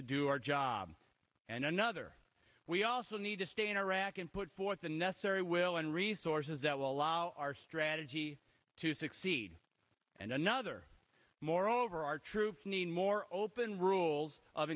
to do our job and another we also need to stay in iraq and put forth the necessary will and resources that will allow our strategy to succeed and another moreover our troops need more open rules of